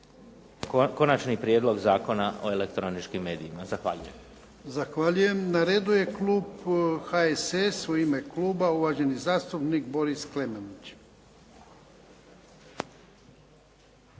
Konačni prijedlog Zakona o elektroničkim medijima. Zahvaljujem. **Jarnjak, Ivan (HDZ)** Zahvaljujem. Na redu je klub HSS-a, u ime kluba uvaženi zastupnik Boris Klemenić.